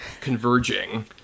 converging